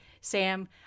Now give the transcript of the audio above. Sam